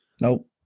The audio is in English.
Nope